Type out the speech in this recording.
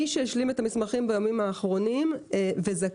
מי שהשלים את המסמכים בימים האחרונים וזכאי,